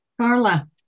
Carla